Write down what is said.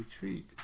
retreat